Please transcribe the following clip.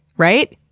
right?